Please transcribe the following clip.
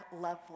lovely